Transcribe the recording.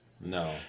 No